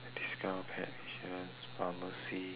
discount pet insurance pharmacy